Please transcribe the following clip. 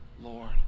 Lord